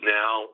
now